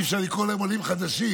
אי-אפשר לקרוא להם עולים חדשים,